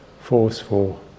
forceful